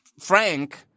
Frank